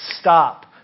stop